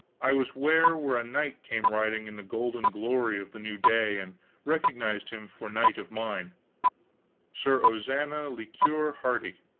i was ware where a knight came riding in the golden glory of the new day, and recognized him for knight of mine sir ozana le cure hardy.